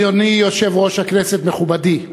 אדוני יושב-ראש הכנסת, מכובדי,